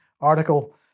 article